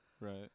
Right